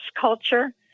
culture